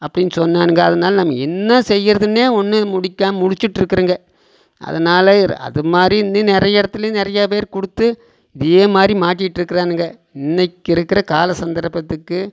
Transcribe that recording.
அப்படினு சொன்னானுங்க அதனால நாம என்ன செய்கிறதுனே ஒன்று முடிக்க முழிச்சிட்ருக்குறேங்க அதனால அதுமாதிரி இன்னும் நிறைய இடத்துல நிறையா பேர் கொடுத்து இதேமாதிரி மாட்டிகிட்ருக்குறனுங்க இன்னைக்கி இருக்கிற கால சந்தர்ப்பத்துக்கு